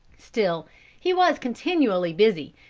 still he was continually busy,